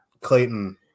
Clayton